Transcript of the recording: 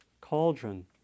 cauldron